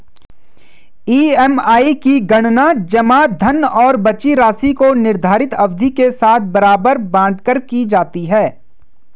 EMI की गणना जमा धन और बची राशि को निर्धारित अवधि के साथ बराबर बाँट कर की जाती है